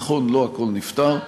נכון, לא הכול נפתר,